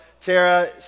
Tara